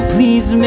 Please